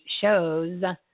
shows